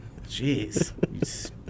Jeez